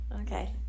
Okay